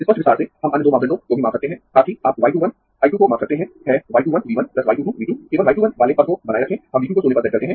स्पष्ट विस्तार से हम अन्य दो मापदंडों को भी माप सकते है साथ ही आप y 2 1 I 2 को माप सकते है है y 2 1 V 1 y 2 2 V 2 केवल y 2 1 वाले पद को बनाए रखें हम V 2 को शून्य पर सेट करते है